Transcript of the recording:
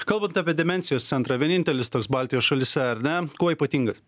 kalbant apie demencijos centrą vienintelis toks baltijos šalyse ar ne kuo ypatingas